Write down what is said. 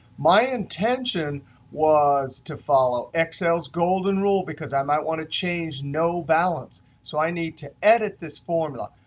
my intention was to follow excel's golden rule because i might want to change no balance. so i need to edit this formula.